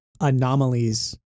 anomalies